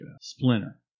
Splinter